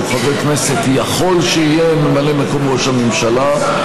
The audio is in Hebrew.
חבר כנסת יכול שיהיה ממלא מקום ראש הממשלה",